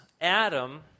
Adam